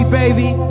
baby